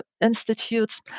institutes